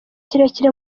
kirekire